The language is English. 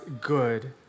good